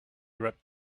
rapped